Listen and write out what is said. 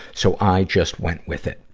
so i just went with it.